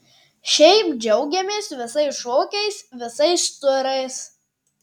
šiaip džiaugiamės visais šokiais visais turais